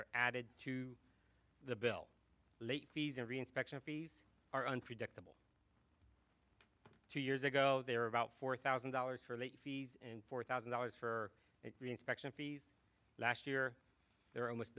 are added to the bill late fees and reinspection fees are unpredictable two years ago there are about four thousand dollars for late fees and four thousand dollars for reinspection fees last year they're almost